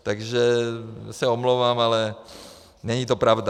Takže se omlouvám, ale není to pravda.